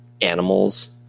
animals